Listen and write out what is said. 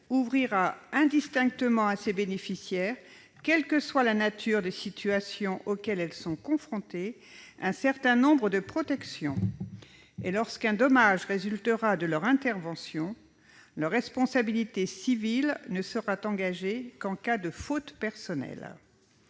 ouvrira indistinctement à ses bénéficiaires, quelles que soient les situations auxquelles ils sont confrontés, un certain nombre de protections. Lorsqu'un dommage résultera de leur intervention, leur responsabilité civile ne sera engagée qu'en cas de faute personnelle.